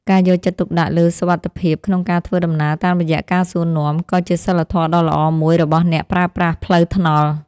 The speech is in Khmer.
ការយកចិត្តទុកដាក់លើសុវត្ថិភាពក្នុងការធ្វើដំណើរតាមរយៈការសួរនាំ ក៏ជាសីលធម៌ដ៏ល្អមួយរបស់អ្នកប្រើប្រាស់ផ្លូវថ្នល់។